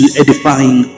edifying